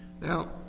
Now